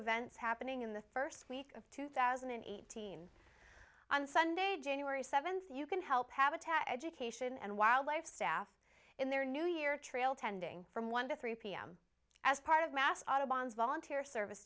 events happening in the first week of two thousand and eighteen on sunday january seventh you can help habitat education and wildlife staff in their new year trail tending from one to three pm as part of mass autobahns volunteer service